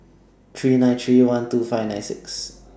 three nine three one two five nine six